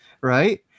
right